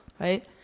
Right